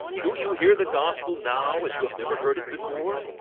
do you hear the gospel now as you have never heard it before?